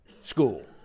school